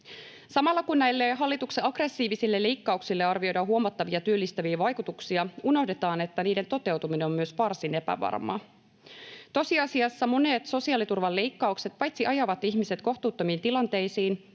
Samalla kun näille hallituksen aggressiivisille leikkauksille arvioidaan huomattavia työllistäviä vaikutuksia, unohdetaan, että niiden toteutuminen on myös varsin epävarmaa. Tosiasiassa monet sosiaaliturvan leikkaukset paitsi ajavat ihmiset kohtuuttomiin tilanteisiin,